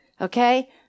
Okay